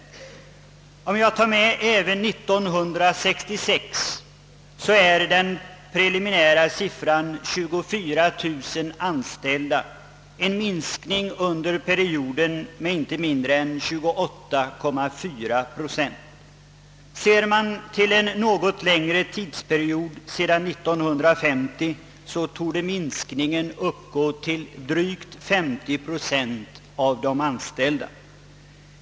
Om jag tar med även år 1966 är den preliminära siffran 24000 anställda, vilket innebär en minskning under perioden med inte mindre än 28,4 procent. Ser man till en något längre period, tiden sedan år 1950, torde minskningen uppgå till drygt 50 procent av de anställda.